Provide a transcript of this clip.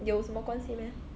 有什么关系 meh